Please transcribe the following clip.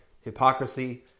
hypocrisy